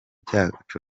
cyacu